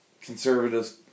Conservatives